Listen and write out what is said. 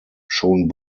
schon